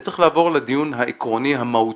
וצריך לעבור לדיון העקרוני המהותי,